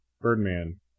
Birdman